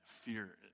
fear